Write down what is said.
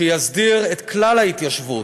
שיסדיר את כלל ההתיישבות,